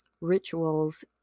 rituals